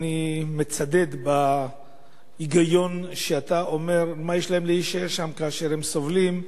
אני מצדד בהיגיון של דבריך: מה יש להם להישאר שם כאשר הם סובלים?